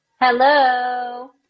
Hello